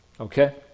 okay